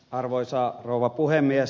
arvoisa rouva puhemies